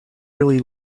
really